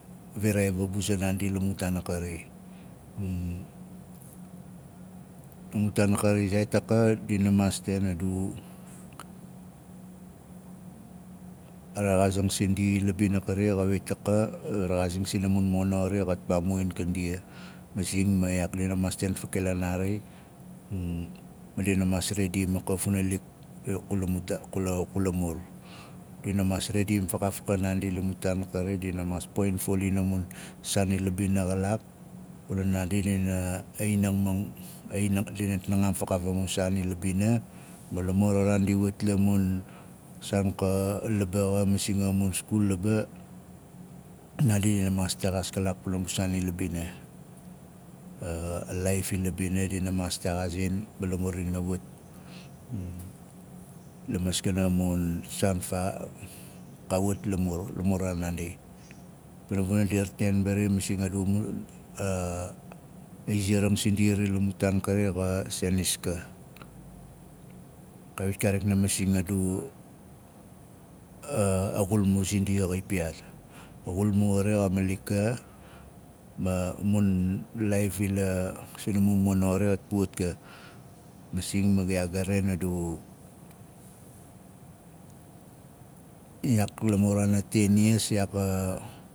Viraai fabuza naandi la mu taan akari a mun taan a kari zaait a ka dina maa ten a du a rexaazng sindia ila bina xait ka a rexaazing sina mun mono xari xat paamuwaiyang ka ndia masing ma dina maasten fakilaan naari ma dina maas rediim a ka a mun funalik kula kula kula mun taan mur dina maas rediim fakaaf ka naandi la mu taan a kari dina maas poxin faulin a mun saan ila bina xalaak kuna naandi dina inungmung dina a nang dinat nangan fakaaf a mun saan ila bina ka maas texaas kalaak pana mun saan ila bina a laaif ila bina dina maas texaazing ma lamur dina wat la maskana mun saan faa ka wat lamur la muraana naandi pana vuna dir rataain bari masing a mun iziaring sindia xari la mun taan kari xa senis kawit kaarik na masing a du a xulmua zindia xaipiyaat. A xulmua xari xa malik ka ma mun laaif ila sina mono xari xaf puwaf ka masing ma iyaak ga raain asu iyaak la muraana ten iyas iyaak a